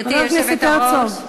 חבר הכנסת הרצוג,